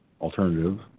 alternative